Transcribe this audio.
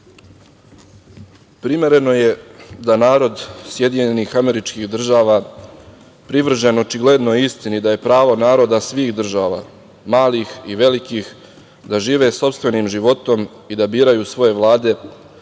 vam. Primereno je da narod SAD, privržen očigledno istini da je pravo naroda svih država, malih i velikih, da žive sopstvenim životom i da biraju svoje vlade,